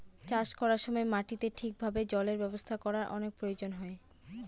চাষ করার সময় মাটিতে ঠিক ভাবে জলের ব্যবস্থা করার অনেক প্রয়োজন